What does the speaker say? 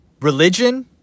Religion